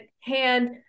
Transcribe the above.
hand